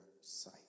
sight